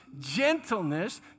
gentleness